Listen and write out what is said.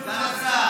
הזאת,